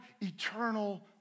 eternal